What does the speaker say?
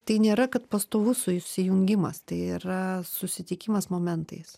tai nėra pastovus susijungimas tai yra susitikimas momentais